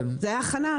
זאת היתה הכנה,